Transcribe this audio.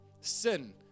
sin